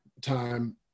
time